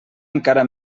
encara